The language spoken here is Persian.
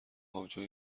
آبجوی